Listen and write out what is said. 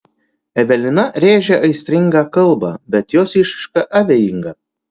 evelina rėžia aistringą kalbą bet jos išraiška abejinga